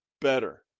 better